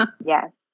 yes